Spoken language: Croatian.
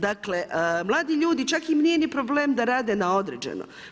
Dakle, mladi ljudi, čak im nije ni problem da rade na određeno.